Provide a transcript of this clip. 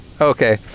Okay